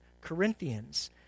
Corinthians